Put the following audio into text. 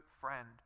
friend